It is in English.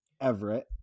Everett